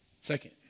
Second